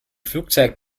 flugzeit